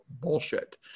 bullshit